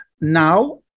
now